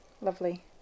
Lovely